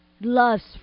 loves